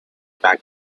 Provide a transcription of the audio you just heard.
back